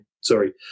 sorry